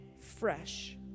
Fresh